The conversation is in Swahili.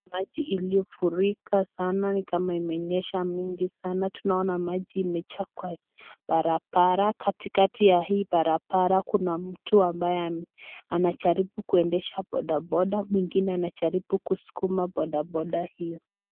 maji iliyofurika sana ni kama imenyesha mingi sana. Tunaona maji imejaa kwa barabara. Katikati ya hii barabara kuna mtu ambaye anajaribu kuendesha bodaboda. mwingine anajaribu kusukuma bodaboda hiyo.